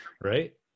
right